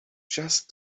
just